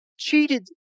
cheated